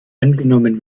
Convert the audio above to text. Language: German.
angenommen